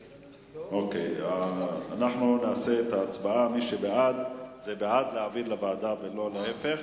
מתקן: מי שבעד הוא בעד להעביר לוועדה ולא להיפך.